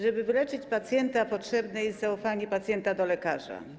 Żeby wyleczyć pacjenta, potrzebne jest zaufanie pacjenta do lekarza.